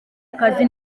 akazi